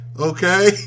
Okay